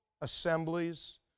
assemblies